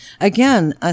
Again